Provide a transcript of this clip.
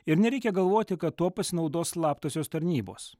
ir nereikia galvoti kad tuo pasinaudos slaptosios tarnybos